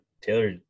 Taylor